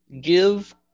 Give